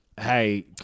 hey